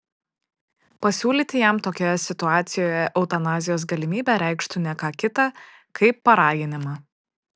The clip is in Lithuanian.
pasiūlyti jam tokioje situacijoje eutanazijos galimybę reikštų ne ką kita kaip paraginimą